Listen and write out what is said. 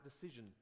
decision